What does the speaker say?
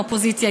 האופוזיציה,